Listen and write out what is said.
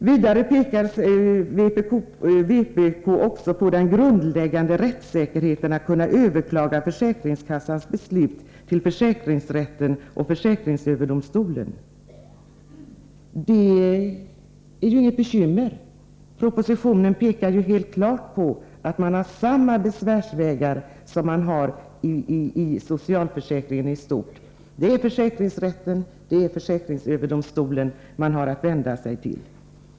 Vidare pekar vpk på den grundläggande rättssäkerheten — möjligheten att överklaga försäkringskassans beslut till försäkringsrätten och försäkringsöverdomstolen. Det är inga bekymmer på den punkten. Propositionen pekar helt klart på att här finns samma besvärsvägar som inom socialförsäkringen i stort. Man har försäkringsrätten och försäkringsöverdomstolen att vända sig till.